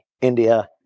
India